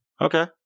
okay